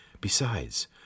Besides